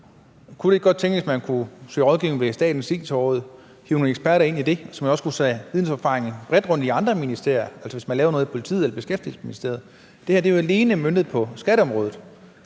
Kunne det ikke godt tænkes, at man kunne søge rådgivning ved Statens It-råd, hive nogle eksperter ind i det, så man også kunne have vidensopsamlingen bredt rundt i andre ministerier, altså hvis man laver noget i politiet eller i Beskæftigelsesministeriet? Det her er jo alene møntet på skatteområdet.